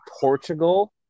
Portugal